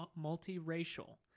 multiracial